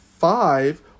five